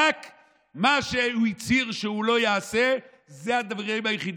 רק מה שהוא הצהיר שהוא לא יעשה אלה הדברים היחידים.